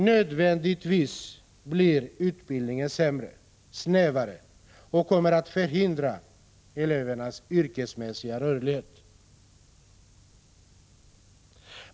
Nödvändigtvis blir utbildningen sämre, snävare och kommer att förhindra elevernas yrkesmässiga rörlighet.